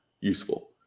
useful